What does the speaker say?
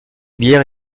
bière